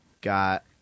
got